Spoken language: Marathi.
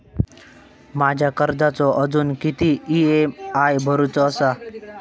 माझ्या कर्जाचो अजून किती ई.एम.आय भरूचो असा?